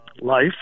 life